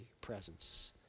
presence